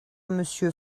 monsieur